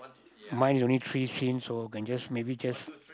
mine is only three sins so can just maybe just